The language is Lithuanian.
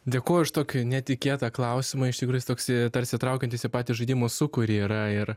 dėkoju už tokį netikėtą klausimą iš tikrųjų jis toksai tarsi traukiantis į patį žaidimo sūkurį yra ir